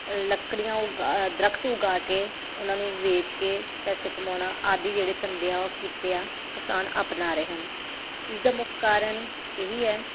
ਲੱਕੜੀਆਂ ਉਗਾ ਦਰੱਖਤ ਉਗਾ ਕੇ ਉਹਨਾਂ ਨੂੰ ਵੇਚ ਕੇ ਪੈਸੇ ਕਮਾਉਣਾ ਆਦਿ ਜਿਹੜੇ ਧੰਦੇ ਆ ਉਹ ਕਿੱਤੇ ਆ ਕਿਸਾਨ ਅਪਣਾ ਰਹੇ ਹਨ ਇਸ ਦਾ ਮੁੱਖ ਕਾਰਨ ਇਹ ਹੀ ਹੈ